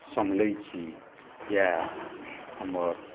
सम्हरैत छी इएह हमर